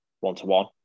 One-to-one